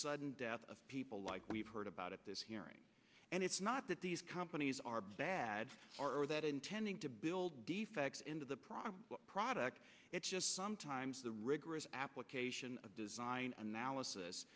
sudden death of people like we've heard about at this hearing and it's not that these companies are bad or that intending to build defects into the product product it's just sometimes the rigorous application of design analysis